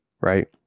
right